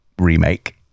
remake